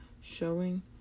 showing